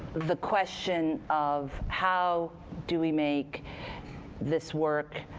the question of how do we make this work,